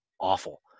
awful